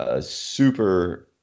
Super